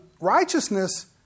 righteousness